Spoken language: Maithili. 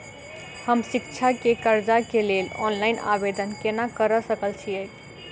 हम शिक्षा केँ कर्जा केँ लेल ऑनलाइन आवेदन केना करऽ सकल छीयै?